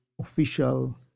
Official